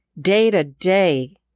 day-to-day